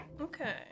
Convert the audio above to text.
Okay